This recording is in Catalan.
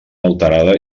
alterada